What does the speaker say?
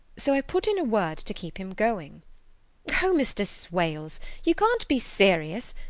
so i put in a word to keep him going oh, mr. swales, you can't be serious.